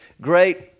great